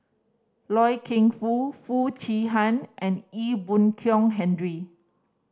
Loy Keng Foo Foo Chee Han and Ee Boon Kong Henry